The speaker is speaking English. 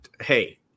Hey